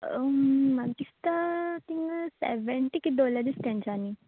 म्हाका दिसता तिंगा सेवेंटी कित दवरल्या दिसता तेंच्यानी